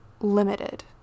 limited